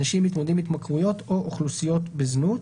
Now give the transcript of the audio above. אנשים המתמודדים עם התמכרויות או אוכלוסיות בזנות.